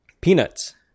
peanuts